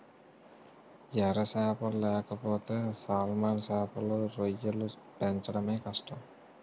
ఎర సేపలు లేకపోతే సాల్మన్ సేపలు, రొయ్యలు పెంచడమే కష్టం